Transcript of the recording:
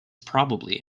probably